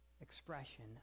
expression